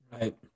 Right